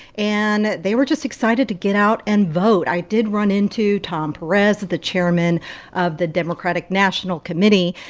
and they were just excited to get out and vote. i did run into tom perez, the chairman of the democratic national committee.